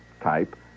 type